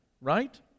right